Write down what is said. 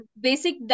basic